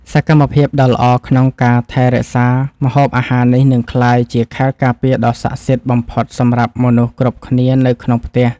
សកម្មភាពដ៏ល្អក្នុងការថែរក្សាម្ហូបអាហារនេះនឹងក្លាយជាខែលការពារដ៏ស័ក្តិសិទ្ធិបំផុតសម្រាប់មនុស្សគ្រប់គ្នានៅក្នុងផ្ទះ។